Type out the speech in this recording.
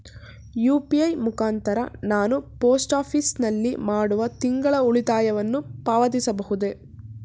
UPI ಮುಖಾಂತರ ನಾನು post office ನಲ್ಲಿ ಮಾಡುವ ತಿಂಗಳ ಉಳಿತಾಯವನ್ನು ಪಾವತಿಸಬಹುದೇ?